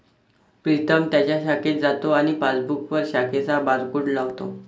प्रीतम त्याच्या शाखेत जातो आणि पासबुकवर शाखेचा बारकोड लावतो